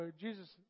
Jesus